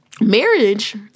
marriage